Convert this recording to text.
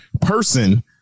person